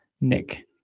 Nick